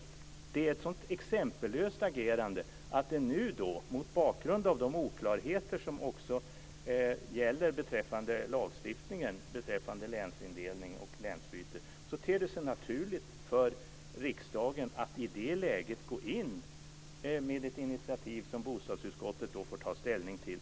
Det är ett så exempellöst agerande att det nu, mot bakgrund av de oklarheter som också finns i fråga om lagstiftningen beträffande länsindelning och länsbyte, ter sig naturligt för riksdagen att gå in med ett initiativ som bostadsutskottet får ta ställning till.